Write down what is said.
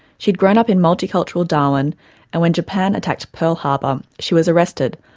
she'd grown up in multicultural darwin and when japan attacked pearl harbor she was arrested,